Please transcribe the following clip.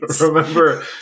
remember